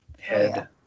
head